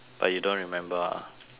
but you don't remember ah